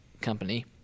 company